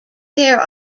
there